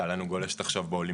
הייתה לנו גולשת עכשיו באולימפיאדה.